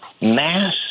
mass